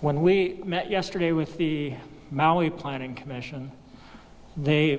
when we met yesterday with the maui planning commission they